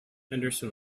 henderson